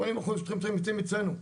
שמונים וחמש אחוז נמצאים אצלנו.